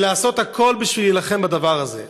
ולעשות הכול בשביל להילחם בדבר הזה.